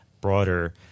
broader